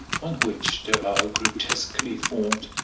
on which there are grotesquely-formed,